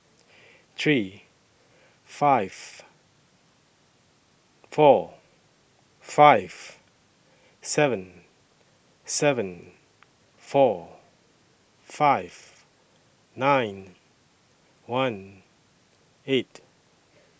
three five four five seven seven four five nine one eight